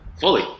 fully